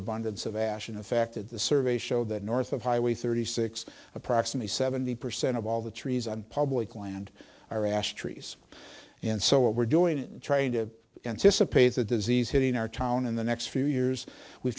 abundance of ashen affected the survey showed that north of highway thirty six approximately seventy percent of all the trees on public land are ash trees and so what we're doing is trying to anticipate the disease hitting our town in the next few years we'